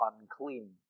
unclean